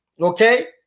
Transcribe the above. Okay